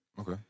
Okay